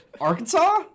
Arkansas